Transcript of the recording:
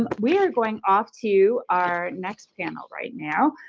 um we are going off to our next panel right now.